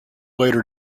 later